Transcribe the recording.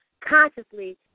consciously